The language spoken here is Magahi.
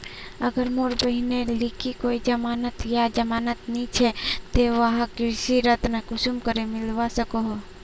अगर मोर बहिनेर लिकी कोई जमानत या जमानत नि छे ते वाहक कृषि ऋण कुंसम करे मिलवा सको हो?